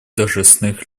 должностных